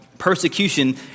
persecution